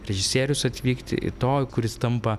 režisierius atvykti į to kuris tampa